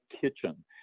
kitchen